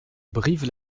brive